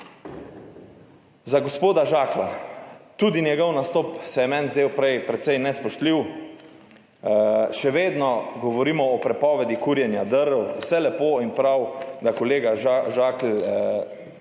Za gospoda Žaklja. Tudi njegov nastop se je meni zdel prej precej nespoštljiv. Še vedno govorimo o prepovedi kurjenja drv. Vse lepo in prav, kolega Žakelj